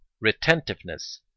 Retentiveness